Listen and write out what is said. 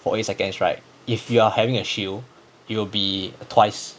for eight seconds right if you are having a shield it will be twice